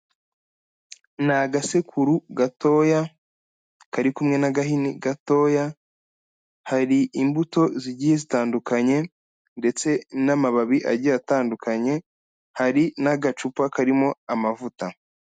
Ni agasekuru gatoya, kari kumwe n'agahini gatoya, hari imbuto zigiye zitandukanye ndetse n'amababi agiye atandukanye, hari n'agacupa karimo amavuta.